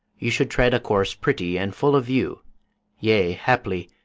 you should tread a course pretty and full of view yea, happily,